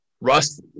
Russ